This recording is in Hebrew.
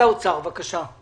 משרד האוצר, בבקשה.